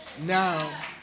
Now